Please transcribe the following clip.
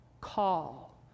call